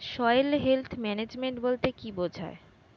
Soil health management বলতে কি বুঝায়?